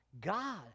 God